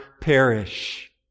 perish